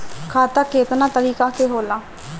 खाता केतना तरीका के होला?